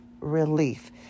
relief